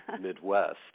Midwest